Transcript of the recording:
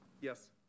Yes